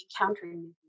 encountering